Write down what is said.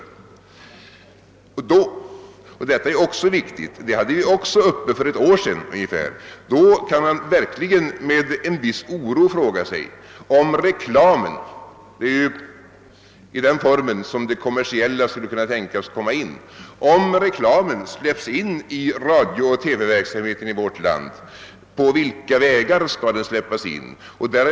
Då — och detta är också viktigt; det hade vi upp till behandling för ungefär ett år sedan — kan man verkligen med en viss oro fråga sig: Om rekla men, i den form som det kommersiella skulle kunna tänkas komma in, släpps in i radiooch TV-verksamheten i vårt land, på vilka vägar skall den då släppas in?